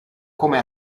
come